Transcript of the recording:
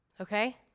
Okay